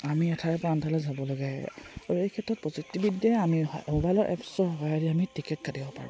আমি এঠাইৰ পৰা আনঠালে যাবলগীয়া হয় আৰু এই ক্ষেত্ৰত প্ৰযুক্তিবিদ্যাই আমি মোবাইলৰ এপছৰ সহায়ত আমি টিকেট কাটিব পাৰোঁ